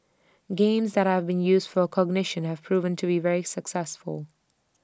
games that have been used for A cognition have proven to be very successful